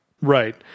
Right